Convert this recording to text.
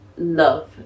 love